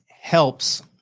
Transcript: helps